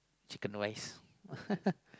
chicken rice